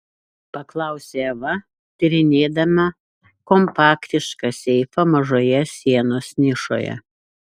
paklausė eva tyrinėdama kompaktišką seifą mažoje sienos nišoje